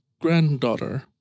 granddaughter